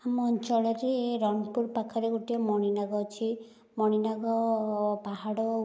ଆମ ଅଞ୍ଚଳରେ ରଣପୁର ପାଖରେ ଗୋଟିଏ ମଣିନାଗ ଅଛି ମଣିନାଗ ପାହାଡ଼